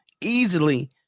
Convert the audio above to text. easily